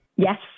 Yes